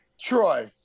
troy